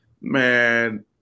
man